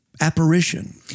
apparition